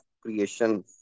creation